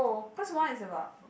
cause one is about